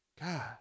God